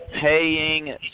paying